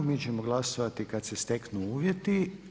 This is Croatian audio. Mi ćemo glasovati kada se steknu uvjeti.